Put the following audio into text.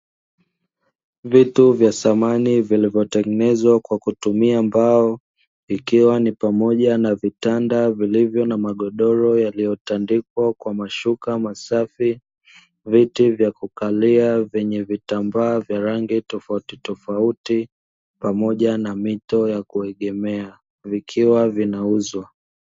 Vitu vya samani vilivyotengenezwa kwa kutumia mbao, ikiwa ni pamoja na vitanda vilivyo na magodoro yaliyotandikwa kwa mashuka masafi, viti vya kukalia vyenye vitambaa vya rangi tofautitofauti, pamoja na mito ya kuegemea vikiwa vinauzwa.